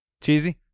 Cheesy